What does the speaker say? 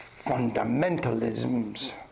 fundamentalisms